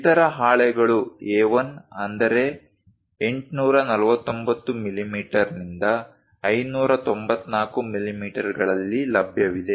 ಇತರ ಹಾಳೆಗಳು A1 ಅಂದರೆ 849 ಮಿಲಿಮೀಟರ್ನಿಂದ 594 ಮಿಲಿಮೀಟರ್ಗಳಲ್ಲಿ ಲಭ್ಯವಿದೆ